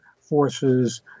forces